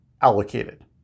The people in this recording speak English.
allocated